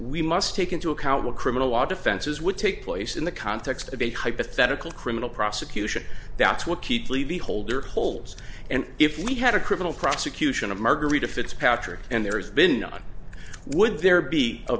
we must take into account the criminal law defenses would take place in the context of a hypothetic criminal prosecution that's what keep levy holder holds and if we had a criminal prosecution of margarita fitzpatrick and there's been none would there be a